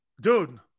Dude